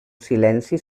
silenci